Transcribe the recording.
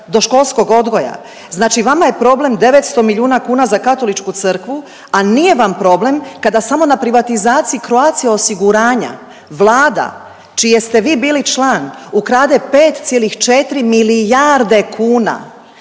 do školskog odgoja. Znači vama je problem 900 milijuna kuna za Katoličku crkvu, a nije vam problem kada samo na privatizacije Croatia osiguranja Vlada čiji ste vi bili član ukrade 5,4 milijarde kuna.